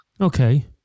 Okay